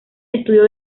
estudió